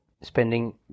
spending